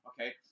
Okay